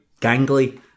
gangly